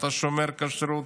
אתה שומר כשרות?